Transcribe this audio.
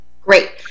great